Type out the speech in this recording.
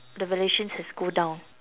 the valuation has go down